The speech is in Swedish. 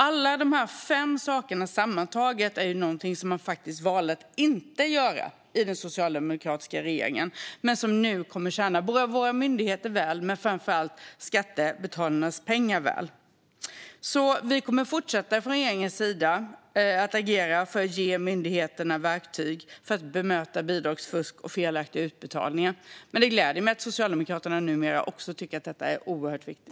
Alla dessa fem saker sammantagna är sådant som man valde att inte göra i den socialdemokratiska regeringen men som nu kommer att tjäna våra myndigheter väl. Framför allt kommer de också att tjäna skattebetalarnas pengar väl. Från regeringens sida kommer vi att fortsätta att agera för att ge myndigheterna verktyg för att bemöta bidragsfusk och felaktiga utbetalningar. Men det gläder mig att Socialdemokraterna numera också tycker att detta är oerhört viktigt.